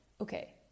okay